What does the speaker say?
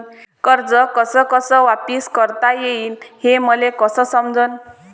कर्ज कस कस वापिस करता येईन, हे मले कस समजनं?